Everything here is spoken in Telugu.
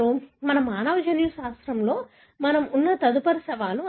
కాబట్టి మానవ జన్యుశాస్త్రంలో మనకు ఉన్న తదుపరి సవాలు అది